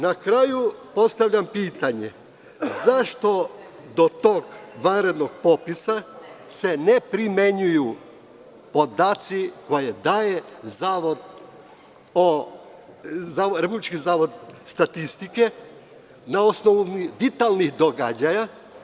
Na kraju postavljam pitanje zašto do tog vanrednog popisa se ne primenjuju podaci koje daje Republički zavod statistike na osnovu vitalnih događaja.